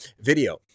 video